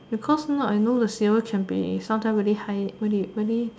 because not I know the C_O_E can be sometime very high very very